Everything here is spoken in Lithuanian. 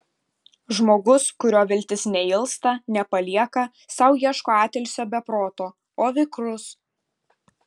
žmogus kurio viltis neilsta nepalieka sau ieško atilsio be proto o vikrus